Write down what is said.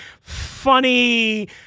funny